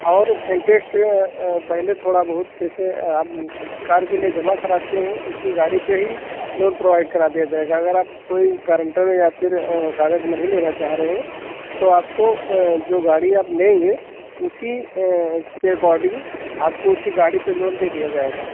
और एन्ट्रेस्ट पहले थोड़ा बहुत जैसे हम कार के लिए जमा कराते हैं उसी गाड़ी पे ही लोन प्रोवाइड करा दिया जाएगा अगर आप कोई गारन्टर या फिर कागज़ नहीं लेना चाह रहे हैं तो आपको जो गाड़ी आप लेंगे उसी के अकॉर्डिंग आपको उसी गाड़ी पर लोन दे दिया जाएगा